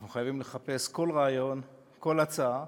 אנחנו חייבים לחפש כל רעיון, כל הצעה,